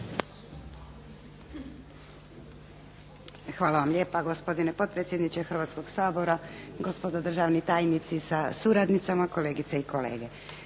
Hvala vam lijepa gospodine potpredsjedniče Hrvatskog sabora, gospodo državni tajnici sa suradnicama, kolegice i kolege.